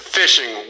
fishing